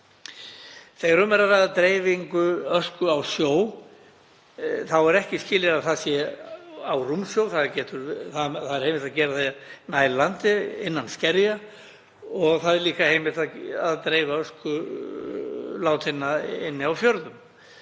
Þegar um er að ræða dreifingu ösku í sjó er ekki skilyrði að það sé á rúmsjó, það er heimilt að gera það nær landi, innan skerja og það er líka heimilt að dreifa ösku látinna inni á fjörðum.